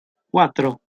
cuatro